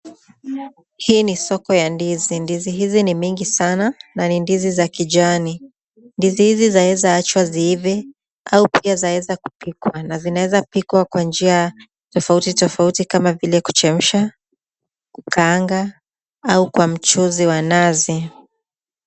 Hii ni soko ya ndizi. Ndizi hizi ni mingi sana na ni ndizi za kijani. Ndizi hizi zaweza achwa ziive au pia zaweza pikwa na zinaweza pikwa kwa njia tofauti tofauti kama vile kuchemsha, kukaanga au kwa mchuzi wa nazi.